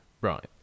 right